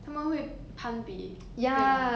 他们会攀比对吗